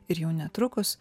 ir jau netrukus